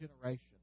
generation